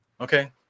Okay